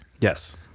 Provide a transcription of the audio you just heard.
Yes